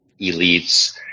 elites